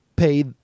pay